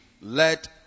let